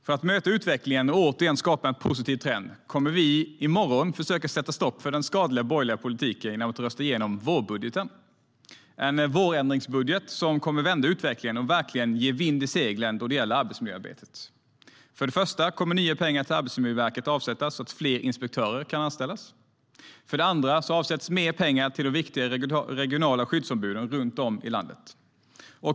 För att möta utvecklingen och återigen skapa en positiv trend kommer vi i morgon att försöka sätta stopp för den skadliga borgerliga politiken genom att rösta igenom vårbudgeten, en vårändringsbudget som kommer att vända utvecklingen och verkligen ge vind i seglen då det gäller arbetsmiljöarbetet. För det första kommer nya pengar till Arbetsmiljöverket att avsättas så att fler inspektörer kan anställas. För det andra avsätts mer pengar till de viktiga regionala skyddsombuden runt om i landet.